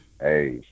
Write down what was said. Hey